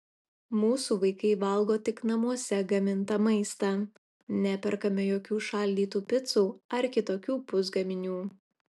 mūsų vaikai valgo tik namuose gamintą maistą neperkame jokių šaldytų picų ar kitokių pusgaminių